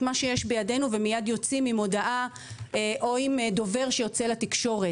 את מה שיש בידנו ומיד יוצאים עם הודעה או עם דובר שיוצא לתקשורת.